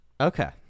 Okay